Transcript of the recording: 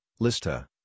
LISTA